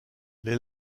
les